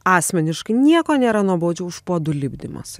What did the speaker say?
asmeniškai nieko nėra nuobodžiau už puodų lipdymą s